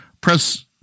Press